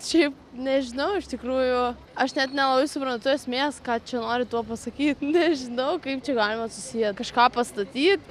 šiaip nežinau iš tikrųjų aš net nelabai suprantu esmės ką čia nori tuo pasakyt nežinau kaip čia galima susiję kažką pastatyt